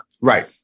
Right